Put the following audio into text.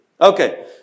Okay